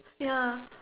ya